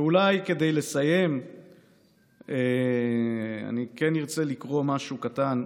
אולי כדי לסיים אני כן ארצה לקרוא משהו קטן,